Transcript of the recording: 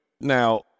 Now